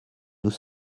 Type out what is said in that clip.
nous